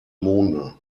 monde